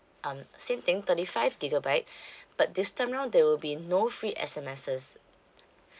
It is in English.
um same thing thirty five gigabyte but this time round there will be no free S_M_Ss